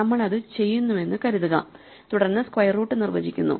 നമ്മൾ അത് ചെയ്തുവെന്ന് കരുതുക തുടർന്ന് സ്ക്വയർ റൂട്ട് നിർവചിക്കപ്പെടുന്നു